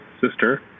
sister